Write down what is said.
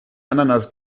ananas